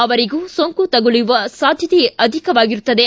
ಅವರಿಗೂ ಸೋಂಕು ತಗಲುವ ಸಾಧ್ವತೆ ಅಧಿಕವಾಗಿರುತ್ತದೆ